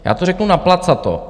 Já to řeknu naplacato.